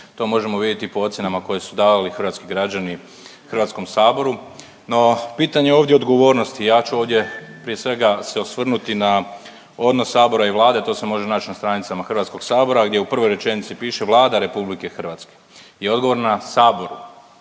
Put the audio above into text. To možemo vidjeti po ocjenama koje su dali hrvatski građani Hrvatskom saboru. No, pitanje je ovdje odgovornosti. Ja ću ovdje prije svega se osvrnuti na odnos Sabora i Vlade, to se može naći na stranicama Hrvatskog sabora gdje u prvoj rečenici piše Vlada Republike Hrvatske je odgovorna Saboru